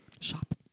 Shop